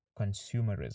consumerism